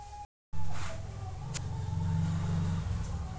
jute के खेती पश्चिम बंगाल बिहार उड़ीसा के तराई वला भाग में होबो हइ